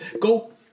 Go